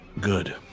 Good